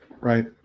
right